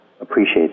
appreciate